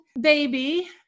baby